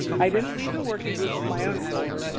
i didn't leave the working group of my own accord,